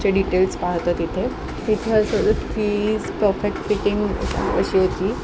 details पाहतो इथे तिथे फीज परफेक्ट फिटिंग अशी होती